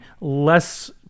less